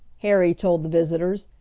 harry told the visitors.